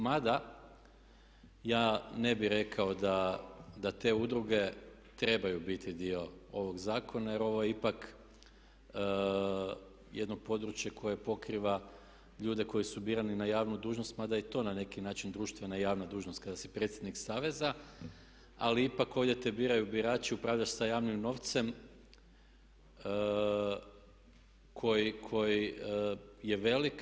Mada, ja ne bih rekao da te udruge trebaju biti dio ovog zakona jer ovo je ipak jedno područje koje pokriva ljude koji su birani na javnu dužnost mada je i to na neki način društvena javna dužnost kada si predsjednik saveza, ali ipak ovdje te biraju birači i upravljaš sa javnim novcem koji je velik.